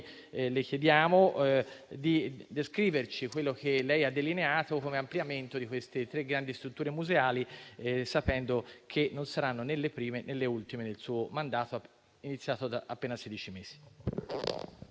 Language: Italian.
le chiediamo di descriverci quello che lei ha delineato come ampliamento di queste tre grandi strutture museali, sapendo che non saranno né le prime, né le ultime nel suo mandato, iniziato da appena sedici mesi.